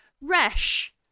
Resh